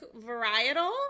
varietal